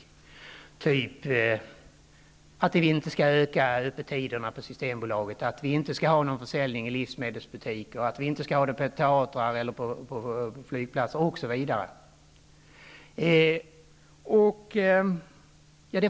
Jag tänker på ståndpunkter som att vi inte skall öka öppettiderna på Systembolaget, att vi inte skall ha någon försäljning i livsmedelsbutiker, att vi inte skall ha någon försäljning på teatrar eller flygplatser, osv. Det